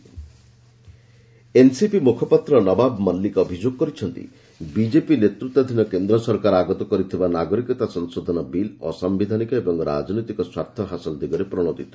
NCP CAB NCP ମୁଖପାତ୍ର ନବାବ ମଲିକ୍ ଅଭିଯୋଗ କରିଛନ୍ତି ବିଜେପି ନେତୃତ୍ୱାଧୀନ କେନ୍ଦ୍ର ସରକାର ଆଗତ କରିଥିବା ନାଗରିକତା ସଂଶୋଧନ ବିଲ୍ ଅସାୟିଧାନିକ ଏବଂ ରାଜନୈତିକ ସ୍ୱାର୍ଥ ହାସଲ ଦିଗରେ ପ୍ରଣୋଦିତ